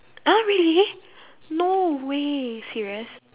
!huh! really no way serious